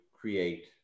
create